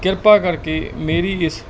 ਕਿਰਪਾ ਕਰਕੇ ਮੇਰੀ ਇਸ